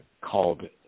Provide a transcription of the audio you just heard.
called